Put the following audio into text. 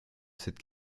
cette